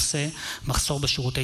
מירב בן ארי ואלי דלל בנושא: מחסור בשירותי